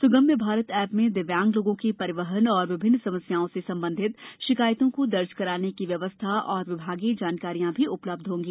सुगम्य Bharat app में दिव्यांग लोगों की परिवहन और विभिन्न समस्याओं से संबंधित शिकायतों को दर्ज करने की व्यवस्था और विभागीय जानकारियां भी उपलब्ध होंगी